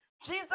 Jesus